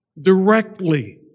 directly